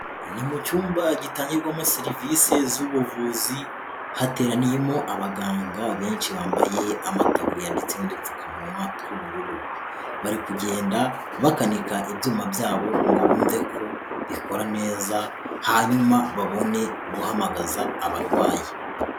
Ni mu cyumba gitangirwamo serivisi z'ubuvuzi, hateraniyemo abaganga benshi bambaye amataburiya ndetse n'udupfukamunwa tw'ubururu, bari kugenda bakanika ibyuma byabo ngo bumve ko bikora neza hanyuma babone guhamagaza abarwayi.